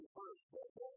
first